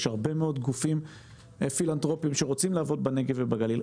יש הרבה מאוד גופים פילנתרופיים שרוצים לעבוד בנגב ובגליל.